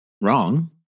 wrong